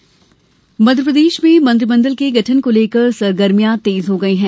मंत्रिमंडल गठन मध्यप्रदेश में मंत्रिमंडल के गठन को लेकर सरगर्मियां तेज हो गई हैं